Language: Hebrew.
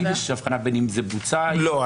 תמיד יש הבחנה בין אם זה בוצע או --- לא.